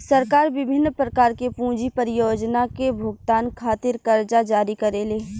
सरकार बिभिन्न प्रकार के पूंजी परियोजना के भुगतान खातिर करजा जारी करेले